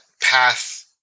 path